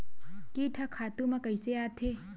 कीट ह खातु म कइसे आथे?